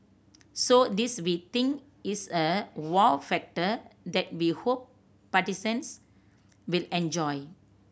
so this we think is a wow factor that we hope will enjoy